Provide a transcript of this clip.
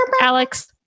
Alex